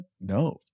No